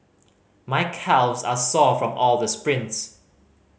my calves are sore from all the sprints